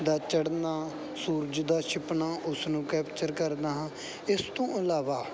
ਦਾ ਚੜ੍ਹਨਾ ਸੂਰਜ ਦਾ ਛਿਪਣਾ ਉਸ ਨੂੰ ਕੈਪਚਰ ਕਰਦਾ ਹਾਂ ਇਸ ਤੋਂ ਇਲਾਵਾ